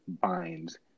binds